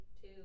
two